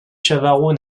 chavarot